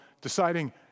deciding